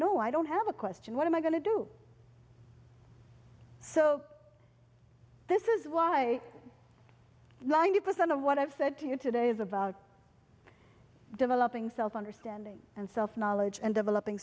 know i don't have a question what am i going to do so this is why ninety percent of what i've said to you today is about developing self understanding and self knowledge and developing